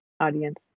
audience